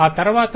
ఆ తరవాత